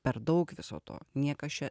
per daug viso to niekas čia